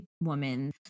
woman